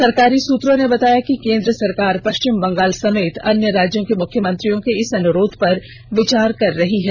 सरकारी सूत्रों ने बताया कि केन्द्र सरकार पश्चिम बंगाल समेत अन्य राज्यों के मुख्यमंत्रियों के इस अनुरोध पर विचार कर रही है